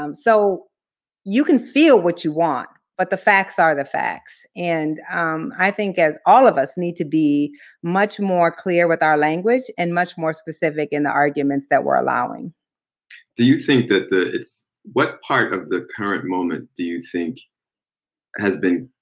um so you can feel what you want, but the facts are the facts. and i think as all of us need to be much more clear with our language and much more specific in the arguments that we're allowing. bobb do you think that it's what part of the current moment do you think has been